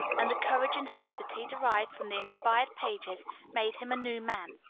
and the courage and hope that he derived from the inspired pages made him a new man.